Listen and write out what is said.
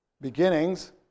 beginnings